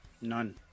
None